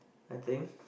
I think